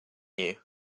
you